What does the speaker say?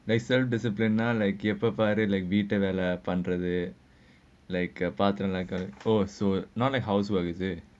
like self discipline not like எப்பே பாரு வீடு வேலை பாத்துக்குட்டு இருக்குறது:eppae paaru veetu velai paatthukkittu irukkuruthu like a part time like a course not like housework is it